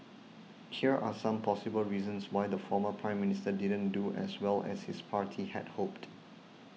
here are some possible reasons why the former Prime Minister didn't do as well as his party had hoped